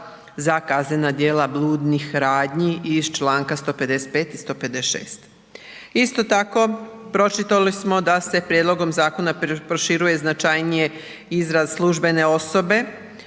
za kaznena djela bludnih radnji iz članka 155. i 156. Isto tako pročitali smo da se prijedlogom zakona proširuje značajnije izraz službene osobe,